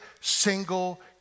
single